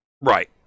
Right